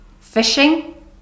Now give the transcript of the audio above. Fishing